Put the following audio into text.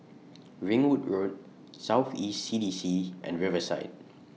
Ringwood Road South East C D C and Riverside